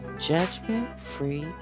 Judgment-Free